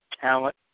talent